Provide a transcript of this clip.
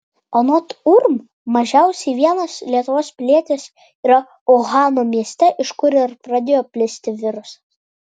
anot urm mažiausiai vienas lietuvos pilietis yra uhano mieste iš kur ir pradėjo plisti virusas